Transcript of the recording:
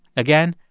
again,